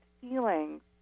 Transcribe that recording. feelings